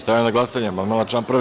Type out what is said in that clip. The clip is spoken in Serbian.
Stavljam na glasanje amandman na član 1.